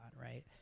right